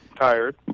Tired